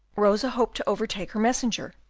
rosa hoped to overtake her messenger,